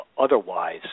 otherwise